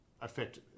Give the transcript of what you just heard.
affect